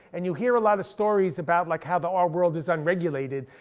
and you hear a lot of stories about like how the art world is unregulated.